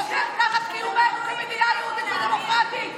חותר תחת קיומנו כמדינה יהודית ודמוקרטית,